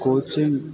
coaching